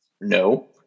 No